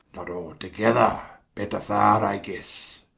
not altogether better farre i guesse,